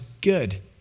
good